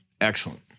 excellent